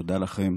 תודה לכם,